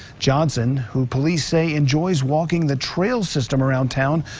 johnson, who police say enjoys walking the trail system around town,